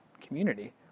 community